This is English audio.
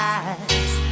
eyes